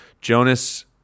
Jonas